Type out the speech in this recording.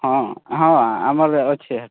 ହଁ ହଁ ଆମର ଅଛେ